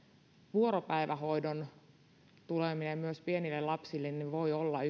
vuoropäivähoidon tuleminen myös pienille lapsille voi olla